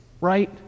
right